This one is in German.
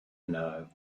nahe